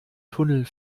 tunnel